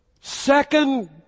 second